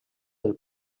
del